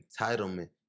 entitlement